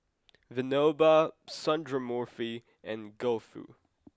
Vinoba Sundramoorthy and Gouthu